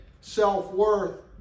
self-worth